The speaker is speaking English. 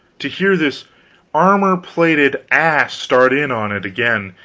to hear this armor-plated ass start in on it again,